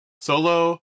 solo